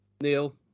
Neil